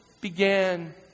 began